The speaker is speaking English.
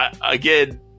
Again